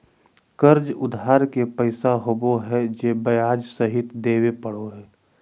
कर्ज उधार के पैसा होबो हइ जे ब्याज सहित देबे पड़ो हइ